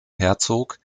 herzog